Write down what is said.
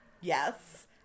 Yes